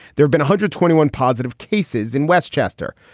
there've been a hundred twenty one positive cases in westchester.